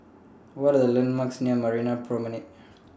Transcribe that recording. What Are The landmarks near Marina Promenade